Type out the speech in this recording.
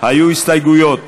היו הסתייגויות